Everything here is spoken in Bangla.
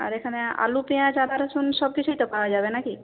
আর এখানে আলু পেঁয়াজ আদা রসুন সব কিছুই তো পাওয়া যাবে নাকি